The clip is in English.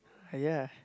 !aiya!